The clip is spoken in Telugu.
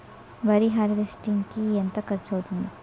వరి హార్వెస్టింగ్ కి ఎంత ఖర్చు అవుతుంది?